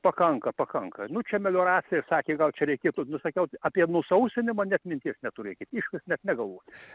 pakanka pakanka nu čia melioracija sakė gal čia reikėtų nu sakiau apie nusausinimą net minties neturėkit išvis net negalvokit